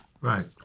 right